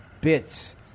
bits